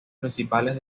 principales